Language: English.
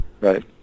Right